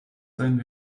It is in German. sein